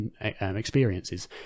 experiences